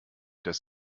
dass